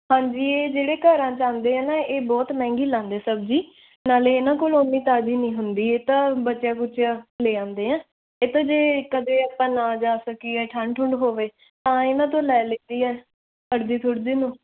ਹਾਂਜੀ ਇਹ ਜਿਹੜੇ ਘਰਾਂ 'ਚ ਆਉਂਦੇ ਆ ਨਾ ਇਹ ਬਹੁਤ ਮਹਿੰਗੀ ਲਾਉਂਦੇ ਸਬਜ਼ੀ ਨਾਲੇ ਇਹਨਾਂ ਕੋਲ ਉਨੀ ਤਾਜ਼ੀ ਨਹੀਂ ਹੁੰਦੀ ਇਹ ਤਾਂ ਬਚਿਆ ਕੂਛਿਆ ਲੈ ਆਉਂਦੇ ਆ ਇਹ ਤਾਂ ਜੇ ਕਦੇ ਆਪਾਂ ਨਾ ਜਾ ਸਕੀਏ ਠੰਡ ਠੁੰਡ ਹੋਵੇ ਤਾਂ ਇਹਨਾਂ ਤੋਂ ਲੈ ਲਈ ਦੀ ਆ ਅੜਦੀ ਥੁੜਦੀ ਨੂੰ